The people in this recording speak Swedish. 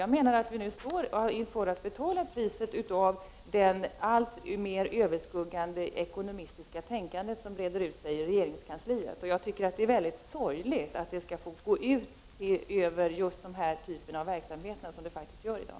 Jag menar att vi nu står inför att betala priset i form av det alltmer överskuggande ekonomistiska tänkande som breder ut sig i regeringskansliet. Jag tycker att det är sorgligt att det skall få gå ut över den här typen av verksamhet, vilket det faktiskt gör i dag.